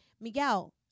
Miguel